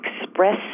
express